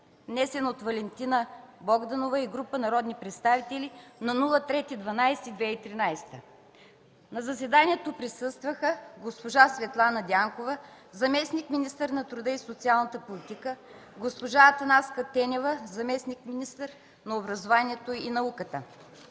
внесен от Валентина Василева Богданова и група народни представители на 3 декември 2013 г. На заседанието присъстваха: госпожа Светлана Дянкова – заместник-министър на труда и социалната политика, госпожа Атанаска Тенева – заместник-министър на образованието и науката,